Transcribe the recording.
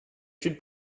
étude